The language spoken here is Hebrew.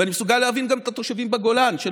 ואני מסוגל להבין גם את התושבים בגולן או